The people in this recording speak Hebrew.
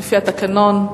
"לפי התקנון",